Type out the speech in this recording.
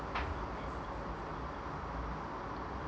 okay